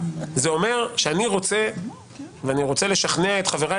זה אומר שאני רוצה - ואני רוצה לשכנע את חבריי